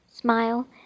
smile